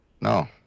No